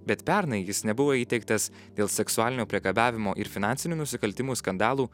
bet pernai jis nebuvo įteiktas dėl seksualinio priekabiavimo ir finansinių nusikaltimų skandalų